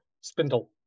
Spindle